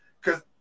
cause